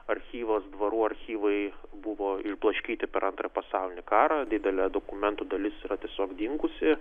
archyvas dvarų archyvai buvo išblaškyti per antrąjį pasaulinį karą didelė dokumentų dalis yra tiesiog dingusi